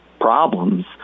problems